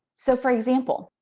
so for example,